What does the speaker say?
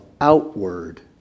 outward